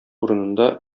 урынында